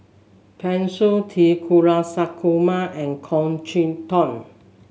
Pan Shou T Kulasekaram and Goh Chok Tong